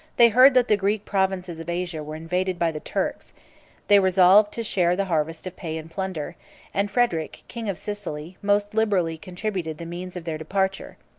they heard that the greek provinces of asia were invaded by the turks they resolved to share the harvest of pay and plunder and frederic king of sicily most liberally contributed the means of their departure.